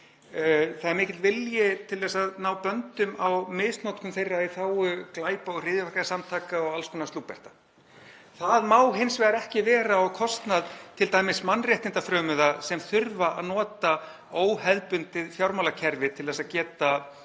það er mikill vilji til þess að koma böndum á misnotkun rafmynta í þágu glæpa og hryðjuverkasamtaka og alls konar slúbberta. Það má hins vegar ekki vera á kostnað t.d. mannréttindafrömuða sem þurfa að nota óhefðbundið fjármálakerfi til að geta